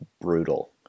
brutal